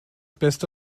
beste